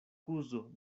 kuzo